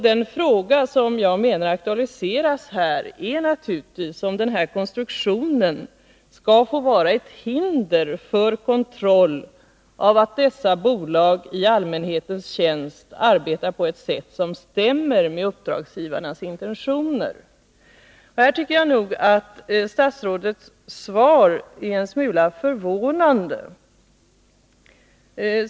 Den fråga som jag menar aktualiseras här är naturligtvis om denna konstruktion skall få vara ett hinder för kontroll av att dessa bolag i allmänhetens tjänst arbetar på ett sätt som stämmer med uppdragsgivarnas 2 Riksdagens protokoll 1982/83:45-46 intentioner. Jag tycker att statsrådets svar på denna punkt är en smula förvånande.